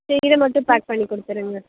சரி இதை மட்டும் பேக் பண்ணி கொடுத்துருங்க